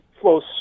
flows